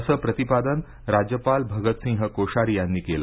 असे प्रतिपादन राज्यपाल भगत सिंह कोश्यारी यांनी केले